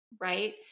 right